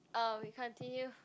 uh we continue